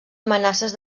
amenaces